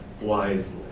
wisely